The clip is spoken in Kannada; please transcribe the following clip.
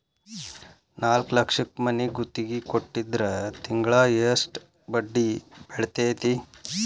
ನಾಲ್ಕ್ ಲಕ್ಷಕ್ ಮನಿ ಗುತ್ತಿಗಿ ಕೊಟ್ಟಿದ್ರ ತಿಂಗ್ಳಾ ಯೆಸ್ಟ್ ಬಡ್ದಿ ಬೇಳ್ತೆತಿ?